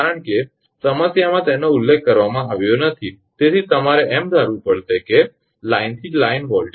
કારણ કે સમસ્યામાં તેનો ઉલ્લેખ કરવામાં આવ્યો નથી તેથી તમારે એમ ધારવું પડશે કે તે લાઈનથી લાઇન વોલ્ટેજ છે